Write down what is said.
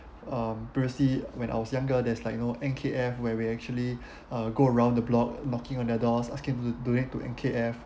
um previously when I was younger there's like you know N_K_F where we actually uh go around the block knocking on their doors asking to donate to N_K_F